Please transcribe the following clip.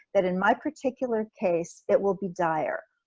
that in my particular case, it will be dire.